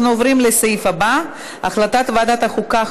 אנחנו עוברים לסעיף הבא: החלטת ועדת החוקה,